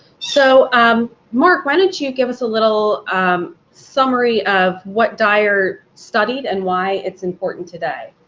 so um marc, why don't you give us a little summary of what dyar studied, and why it's important today,